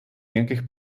ніяких